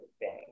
Bank